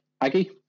Aggie